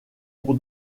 pour